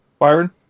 Byron